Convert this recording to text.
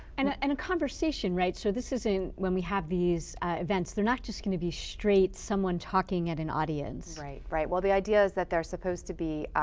and a, and a conversation, right? so, this isn't' when we have these events, they're not just going to be straight someone talking at an audience. right. right. well, the idea is that they're supposed to be,